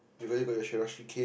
you already got your Cherashe cake